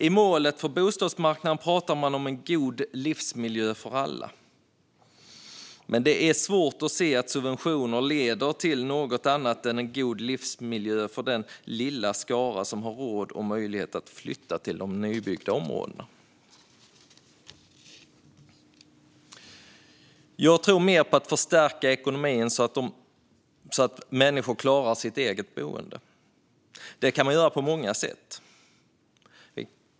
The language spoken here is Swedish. I målet för bostadsmarknaden pratar man om en god livsmiljö för alla, men det är svårt att se att subventionerna leder till något annat än en god livsmiljö för den lilla skara som har råd och möjlighet att flytta till de nybyggda områdena. Jag tror mer på att förstärka människors ekonomi så att de klarar sitt eget boende. Det kan man göra på många sätt.